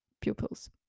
pupils